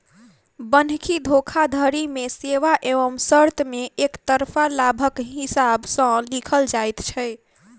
बन्हकी धोखाधड़ी मे सेवा एवं शर्त मे एकतरफा लाभक हिसाब सॅ लिखल जाइत छै